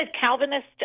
Calvinist